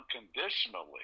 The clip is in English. unconditionally